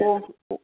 पोइ